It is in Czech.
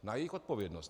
Na jejich odpovědnost ale.